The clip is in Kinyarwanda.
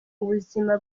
ubuzima